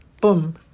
Boom